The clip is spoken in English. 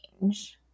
change